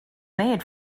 made